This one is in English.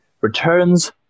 returns